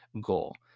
goal